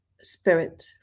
spirit